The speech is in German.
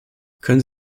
können